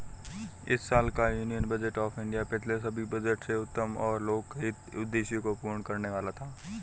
इस साल का यूनियन बजट ऑफ़ इंडिया पिछले सभी बजट से उत्तम और लोकहित उद्देश्य को पूर्ण करने वाला था